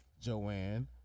Joanne